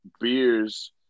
beers